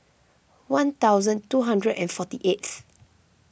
one thousand two hundred and forty eighth